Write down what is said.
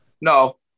no